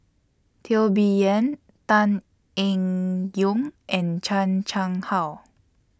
Teo Bee Yen Tan Eng Yoon and Chan Chang How